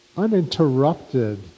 Uninterrupted